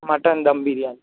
mutton dum biryani